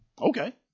Okay